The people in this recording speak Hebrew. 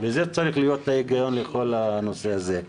וזה צריך להיות ההיגיון בנושא הזה.